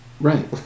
right